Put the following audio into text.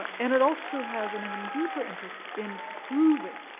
ah and it also has an even deeper interest in proving